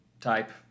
type